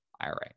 IRA